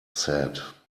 said